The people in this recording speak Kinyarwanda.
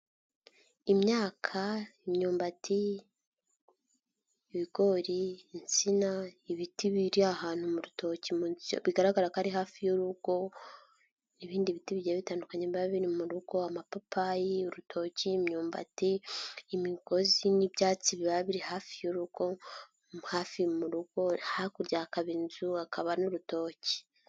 Imyaka, imyumbati, ibigori, insina, ibiti biri ahantu mu rutoki bigaragara ko ari hafi y'urugo, ibindi biti bigiye bitandukanye biba biri mu rugo, amapapayi, urutoki, imyumbati, imigozi n'ibyatsi biba biri hafi y'urugo, hafi mu rugo, hakurya hakaba inzu, hakaba n'urutoki.